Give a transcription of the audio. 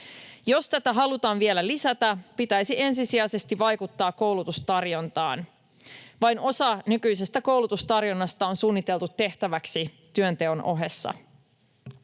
Jos tätä halutaan vielä lisätä, pitäisi ensisijaisesti vaikuttaa koulutustarjontaan. Vain osa nykyisestä koulutustarjonnasta on suunniteltu tehtäväksi työnteon ohessa.